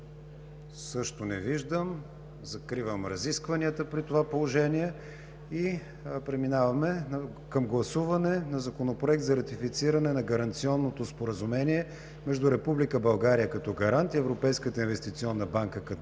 Също не виждам. Закривам разискванията при това положение и преминаваме към гласуване на Законопроекта за ратифициране на Гаранционното споразумение между Република България като гарант и Европейската инвестиционна банка като